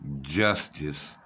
justice